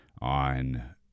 on